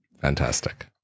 Fantastic